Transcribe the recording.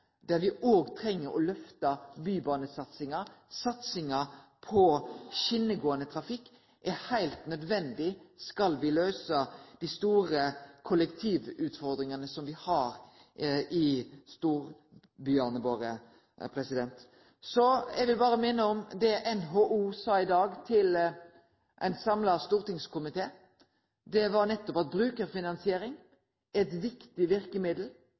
der me òg treng å lyfte bybanesatsinga. Satsinga på skjenegåande trafikk er heilt nødvendig skal me møte dei store kollektivutfordringane som me har i storbyane våre. Så vil eg berre minne om det NHO sa i dag til ein samla stortingskomité. Det var nettopp at brukarfinansiering er eit viktig verkemiddel,